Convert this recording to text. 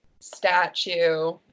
statue